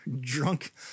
drunk